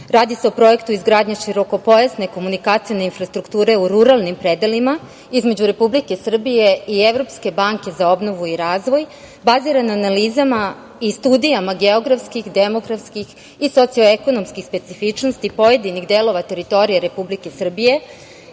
Radi se o projektu izgradnje širokopojasne komunikacije infrastrukture u ruralnim predelima između Republike Srbije i Evropske banke za obnovu i razvoj, baziran na analizama i studijama geografskih, demografskih i socio-ekonomskih specifičnosti pojedinih delova teritorije Republike Srbije,